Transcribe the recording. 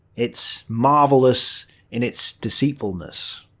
it's marvelous in its deceitfulness.